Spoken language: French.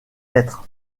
lettres